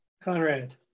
Conrad